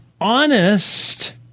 honest